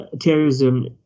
terrorism